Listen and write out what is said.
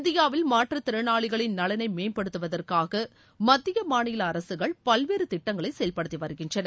இந்தியாவில் மாற்றுத் திறனாளிகளின் நலனை மேம்படுத்துவதற்காக மத்திய மாநில அரசுகள் பல்வேறு திட்டங்களை செயல்படுத்தி வருகின்றன